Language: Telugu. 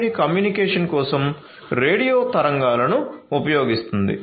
RFID కమ్యూనికేషన్ కోసం రేడియో తరంగాలను ఉపయోగిస్తుంది